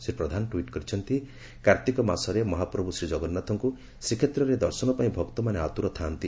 Shri Pradhan tweet କରିଛନ୍ତି କାର୍ତିକ ମାସରେ ମହାପ୍ରଭୁ ଶ୍ରୀଜଗନ୍ୱାଥଙ୍କୁ ଶ୍ରୀକ୍ଷେତ୍ରରେ ଦର୍ଶନ ପାଇଁ ଭକ୍ତମାନେ ଆତୁର ଥାଆନ୍ତି